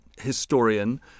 historian